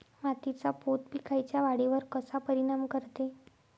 मातीचा पोत पिकाईच्या वाढीवर कसा परिनाम करते?